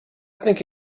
think